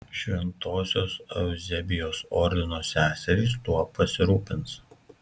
šventosios euzebijos ordino seserys tuo pasirūpins